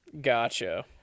Gotcha